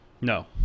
No